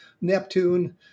neptune